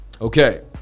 Okay